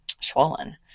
swollen